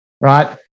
right